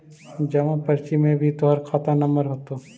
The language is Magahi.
जमा पर्ची में भी तोहर खाता नंबर होतो